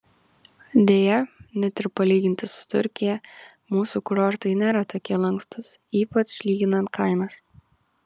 deja net ir palyginti su turkija mūsų kurortai nėra tokie lankstūs ypač lyginant kainas